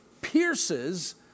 pierces